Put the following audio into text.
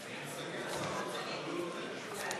של קבוצת סיעת מרצ וקבוצת סיעת הרשימה המשותפת לשם